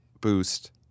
boost